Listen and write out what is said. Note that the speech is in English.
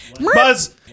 Buzz